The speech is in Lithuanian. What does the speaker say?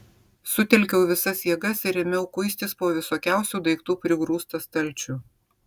sutelkiau visas jėgas ir ėmiau kuistis po visokiausių daiktų prigrūstą stalčių